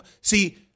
see